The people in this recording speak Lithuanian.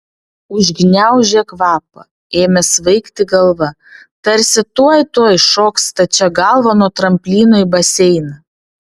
užgniaužė kvapą ėmė svaigti galva tarsi tuoj tuoj šoks stačia galva nuo tramplyno į baseiną